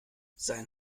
sein